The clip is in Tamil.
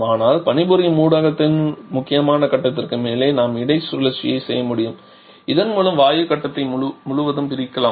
ஆனால் பணிபுரியும் ஊடகத்தின் முக்கியமான கட்டத்திற்கு மேலே நாம் இடை சுழற்சியைச் செய்ய முடியும் இதன் மூலம் வாயு கட்டத்தை முழுவதும் பராமரிக்கலாம்